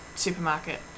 supermarket